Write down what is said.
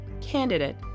candidate